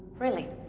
really?